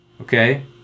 okay